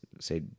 say